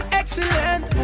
excellent